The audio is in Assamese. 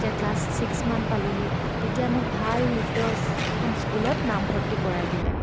যেতিয়া ক্লাছ ছিক্স মান পালোঁহি তেতিয়া মোক ভাল নৃত্য এখন স্কুলত নামভৰ্তি কৰাই দিলে